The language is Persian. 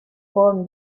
کورن